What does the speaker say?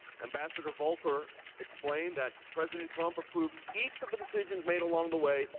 ambassador volker explained that president trump's approved each of the decisions made along the way.